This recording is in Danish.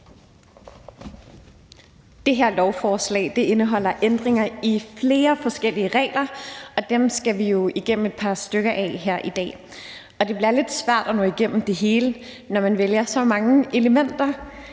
Det her lovforslag indeholder ændringer i flere forskellige regler, og dem skal vi jo igennem et par stykker af her i dag, og det bliver lidt svært at nå igennem det hele, når man vælger at have så mange elementer